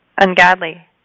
ungodly